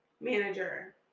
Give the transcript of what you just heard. manager